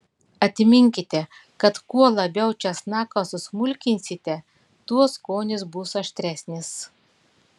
atminkite kad kuo labiau česnaką susmulkinsite tuo skonis bus aštresnis